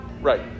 Right